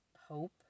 hope